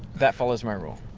that follows my rule.